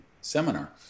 seminar